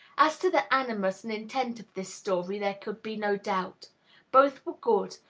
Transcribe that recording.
as to the animus and intent of this story there could be no doubt both were good,